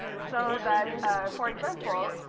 so that for example,